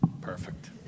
Perfect